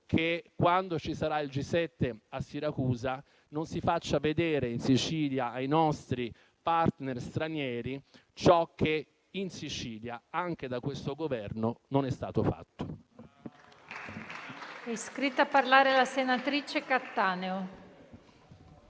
che, quando ci sarà il G7 a Siracusa, non si faccia vedere in Sicilia, ai nostri *partner* stranieri, ciò che in Sicilia anche da questo Governo non è stato fatto.